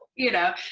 you know.